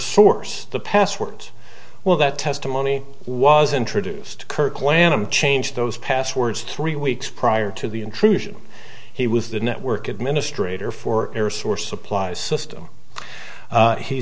source the passwords well that testimony was introduced to kirk lanham change those passwords three weeks prior to the intrusion he was the network administrator for air source supplies system